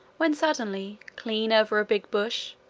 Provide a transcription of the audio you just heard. when suddenly, clean over a big bush,